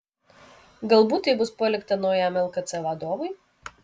galbūt tai bus palikta naujam lkc vadovui